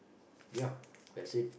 ya that's it